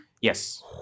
Yes